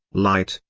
light,